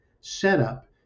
setup